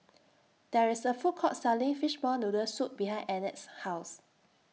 There IS A Food Court Selling Fishball Noodle Soup behind Annette's House